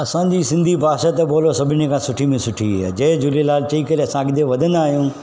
असांजी सिंधी भाषा त बोलो सभिनी खां सुठी में सुठी आहे जय झूलेलाल चई करे असां अॻिते वधंदा आहियूं